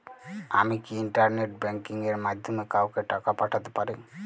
আমি কি internet banking এর মাধ্যমে কাওকে টাকা পাঠাতে পারি?